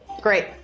Great